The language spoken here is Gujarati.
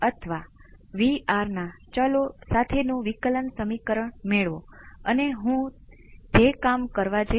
પ્રથમ ઓર્ડર અને પ્રારંભિક પરિસ્થિતિઓ સાથે અચળ માં હેરફેર કરીને અને તેજ રીતે આગળનો જવાબ મેળવવા માટે સમર્થ થશે